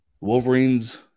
Wolverines